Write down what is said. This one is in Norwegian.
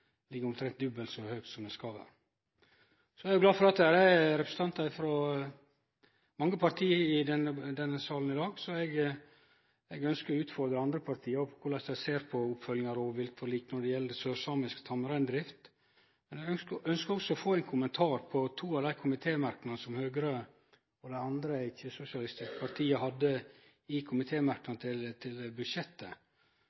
omtrent dobbelt så høgt som han skal vere. Eg er glad for at det er representantar frå mange parti i denne salen i dag, så eg ønskjer òg å utfordre andre parti på korleis dei ser på oppfølginga av rovviltforliket når det gjeld sørsamisk tamreindrift. Eg ønskjer også å få ein kommentar til to av dei komitémerknadene som Høgre og dei andre ikkje-sosialistiske partia hadde